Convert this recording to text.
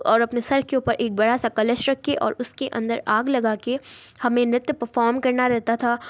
और अपने सर के ऊपर एक बड़ा सा कलश रख के और उसके अंदर आग लगा के हमें नृत्य पफ़ोम करना रहता था